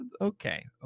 okay